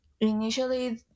initially